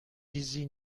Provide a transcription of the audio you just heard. چیزی